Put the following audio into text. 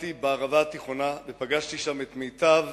סיירתי בערבה התיכונה ופגשתי שם את מיטב